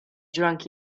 drunk